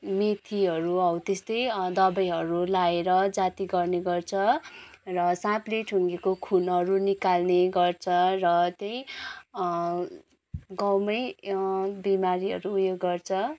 मेथीहरू हौ त्यस्तै दबाईहरू लाएर जाती गर्ने गर्छ र साँपले ठुगेको खुनहरू निकाल्ने गर्छ र त्यही गाउँमै बिमारीहरू उयो गर्छ